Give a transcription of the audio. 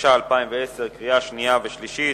התש"ע 2010, קריאה שנייה וקריאה שלישית.